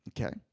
Okay